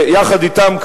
יחד אתם,